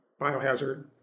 biohazard